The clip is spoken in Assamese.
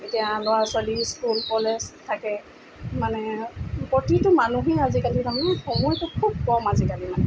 এতিয়া ল'ৰা ছোৱালীৰ স্কুল কলেজ থাকে মানে প্ৰতিটো মানুহে আজিকালি তাৰমানে সময়টো খুব কম আজিকালি